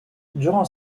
durant